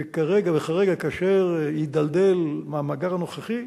וכרגע, כאשר יידלדל המאגר הנוכחי,